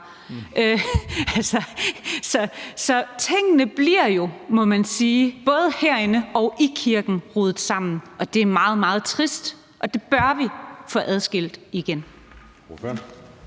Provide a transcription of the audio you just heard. Så tingene bliver jo både herinde og i kirken rodet sammen, må man sige, og det er meget, meget trist. De ting bør vi får adskilt igen.